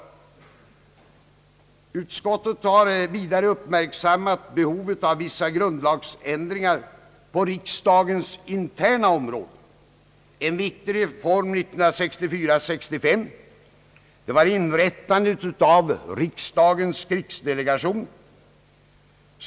Utskottet har vidare uppmärksammat behov av vissa grundlagsändringar på riksdagens interna område. En viktig reform åren 1964—1965 var inrättandet av riksdagens krigsdelegation.